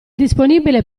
disponibile